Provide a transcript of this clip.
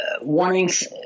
warnings